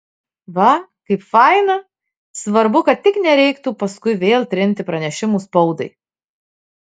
va kaip faina svarbu kad tik nereiktų paskui vėl trinti pranešimų spaudai